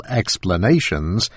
explanations